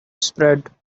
spread